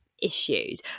issues